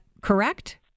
correct